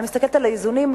אני מסתכלת על האיזונים,